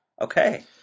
Okay